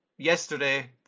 yesterday